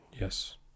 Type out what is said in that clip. yes